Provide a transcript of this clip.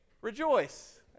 rejoice